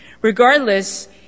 Regardless